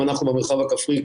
ואנחנו במרחב הכפרי,